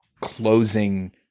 closing